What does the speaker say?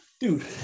Dude